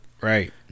Right